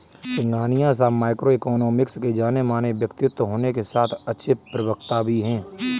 सिंघानिया साहब micro economics के जानेमाने व्यक्तित्व होने के साथ अच्छे प्रवक्ता भी है